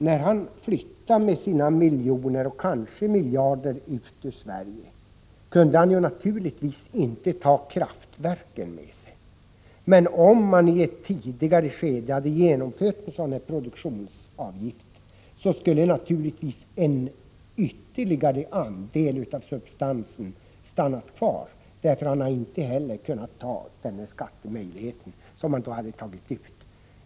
När han flyttade från Sverige med sina miljoner, eller kanske miljarder, kunde han naturligtvis inte ta kraftverken med sig. Om man i ett tidigare skede hade infört en produktionsavgift skulle naturligvis ytterligare en del av substansen ha stannat kvar — eftersom han inte heller hade kunnat ta med sig den skatt som hade tagits ut.